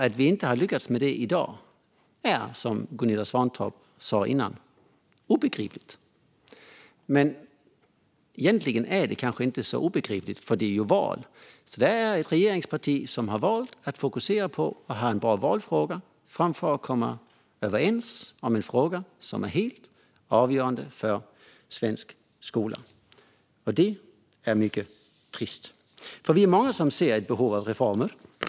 Att vi inte har lyckats med det i dag är, som Gunilla Svantorp sa tidigare, obegripligt. Men egentligen är det kanske inte så obegripligt, för det är ju val. Det är ett regeringsparti som har valt att fokusera på att ha en bra valfråga framför att komma överens om en fråga som är helt avgörande för svensk skola. Detta är mycket trist. Vi är många som ser behov av reformer.